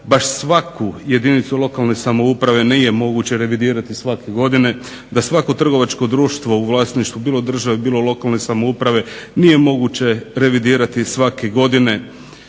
baš svaku jedinicu lokalne samouprave nije moguće revidirati svake godine, da svako trgovačko društvo u vlasništvu bilo države, bilo lokalne samouprave, nije moguće revidirati svake godine,